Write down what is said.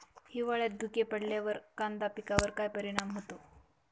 हिवाळ्यात धुके पडल्यावर कांदा पिकावर काय परिणाम होतो?